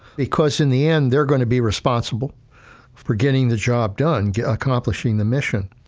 because in the end, they're going to be responsible for getting the job done, accomplishing the mission.